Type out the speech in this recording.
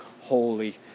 holy